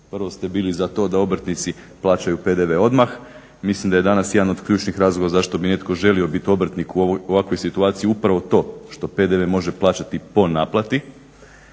Prvo ste bili za to da obrtnici plaćaju PDV odmah, mislim da je jedan od ključnih razloga zašto bi netko želio bit obrtnik u ovakvoj situaciji upravo to što PDV može plaćati po naplati.